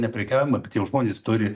neprekiaujama bet jau žmonės turi